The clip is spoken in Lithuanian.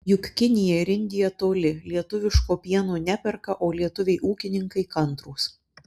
juk kinija ir indija toli lietuviško pieno neperka o lietuviai ūkininkai kantrūs